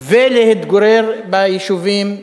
ולהתגורר ביישובים,